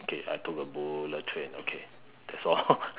okay I took a bullet train okay that's all